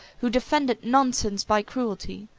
who defended nonsense by cruelty,